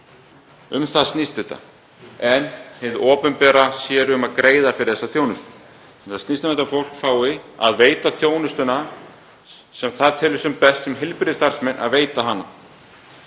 Um það snýst þetta, en hið opinbera sér um að greiða fyrir þessa þjónustu. Þetta snýst um að fólk fái að veita þjónustuna á þann hátt sem það telur sem best sem heilbrigðisstarfsmenn að veita hana